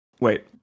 wait